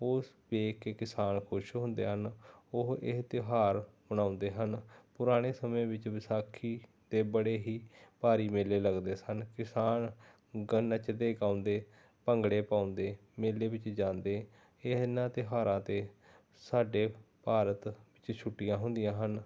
ਉਸ ਵੇਖ ਕੇ ਕਿਸਾਨ ਖੁਸ਼ ਹੁੰਦੇ ਹਨ ਉਹ ਇਹ ਤਿਉਹਾਰ ਮਨਾਉਂਦੇ ਹਨ ਪੁਰਾਣੇ ਸਮੇਂ ਵਿੱਚ ਵਿਸਾਖੀ 'ਤੇ ਬੜੇ ਹੀ ਭਾਰੀ ਮੇਲੇ ਲੱਗਦੇ ਸਨ ਕਿਸਾਨ ਗ ਨੱਚਦੇ ਗਾਉਂਦੇ ਭੰਗੜੇ ਪਾਉਂਦੇ ਮੇਲੇ ਵਿੱਚ ਜਾਂਦੇ ਇਹਨਾਂ ਤਿਉਹਾਰਾਂ 'ਤੇ ਸਾਡੇ ਭਾਰਤ ਵਿੱਚ ਛੁੱਟੀਆਂ ਹੁੰਦੀਆਂ ਹਨ